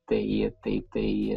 tai tai tai